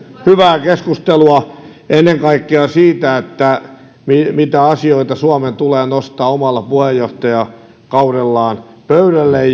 hyvää keskustelua ennen kaikkea siitä mitä asioita suomen tulee nostaa omalla puheenjohtajakaudellaan pöydälle